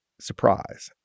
surprise